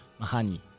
Mahani